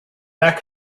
that